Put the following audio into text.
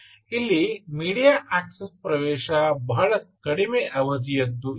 ಇಲ್ಲಿ media access ಪ್ರವೇಶ ಬಹಳ ಕಡಿಮೆ ಅವಧಿಎದ್ದು ಇರುತ್ತದೆ